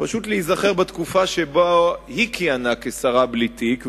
פשוט להיזכר בתקופה שבה היא כיהנה כשרה בלי תיק,